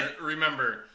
Remember